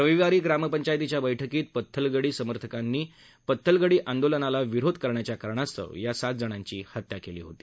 रविवारी ग्रामपंचायतीच्या बैठकीत पत्थलगडी समर्थकांनी पत्थलगडी आंदोलनाला विरोध करण्याच्या कारणास्तव या सात जणांची हत्या केली होती